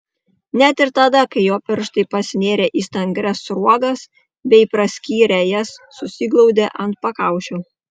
net ir tada kai jo pirštai pasinėrė į stangrias sruogas bei praskyrę jas susiglaudė ant pakaušio